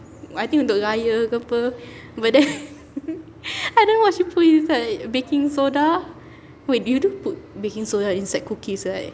I think untuk raya ke [pe] but then I don't know what she put inside baking soda wait you do put baking soda inside cookies right